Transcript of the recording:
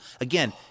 Again